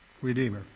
Redeemer